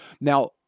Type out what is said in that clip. Now